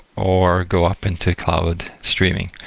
or go up into cloud streaming.